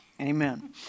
Amen